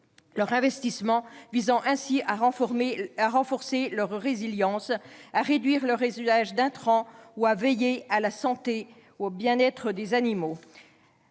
leurs investissements et ainsi de renforcer leur résilience, de réduire l'usage d'intrants ou de veiller à la santé et au bien-être des animaux.